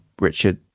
Richard